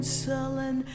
sullen